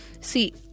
See